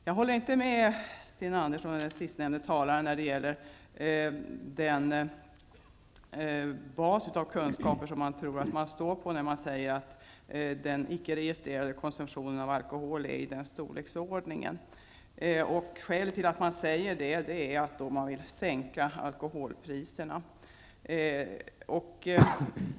Jag håller inte med Sten Andersson i Malmö och den senaste talaren när det gäller den bas av kunskaper man tror man står på när man säger att den icke registrerade konsumtionen är i den storleksordning man nämnde. Skälet till att man säger så är att man vill sänka alkoholpriserna.